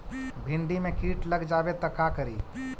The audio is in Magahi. भिन्डी मे किट लग जाबे त का करि?